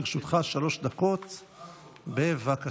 לרשותך שלוש דקות, בבקשה.